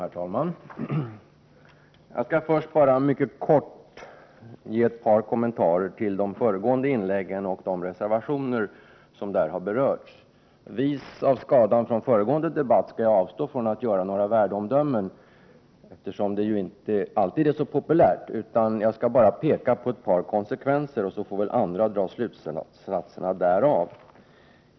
Herr talman! Jag skall först mycket kort ge ett par kommentarer till de föregående inläggen och de reservationer som har berörts där. Vis av skadan från föregående debatt skall jag avstå från att göra några värdeomdömen. Det är ju inte alltid så populärt. Jag skall bara peka på ett par konsekvenser, så får andra dra slutsatserna därav.